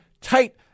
tight